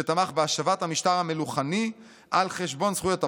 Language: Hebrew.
שתמך בהשבת המשטרה המלוכני על חשבון זכויות הפרט,